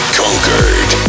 conquered